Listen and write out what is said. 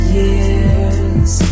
years